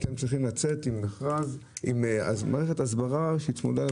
אתם צריכים לצאת עם מערכת הסברה צמודה,